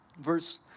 verse